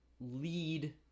lead